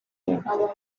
uko